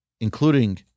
including